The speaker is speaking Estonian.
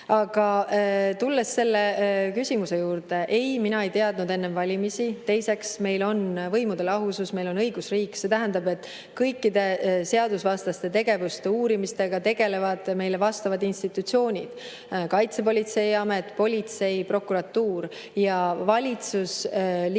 Aga tulles selle küsimuse juurde – ei, mina ei teadnud enne valimisi. Teiseks, meil on võimude lahusus, meil on õigusriik, see tähendab, et kõikide seadusvastaste tegevuste uurimistega tegelevad meil vastavad institutsioonid, nagu Kaitsepolitseiamet, politsei, prokuratuur. Valitsusliikmed